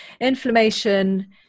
inflammation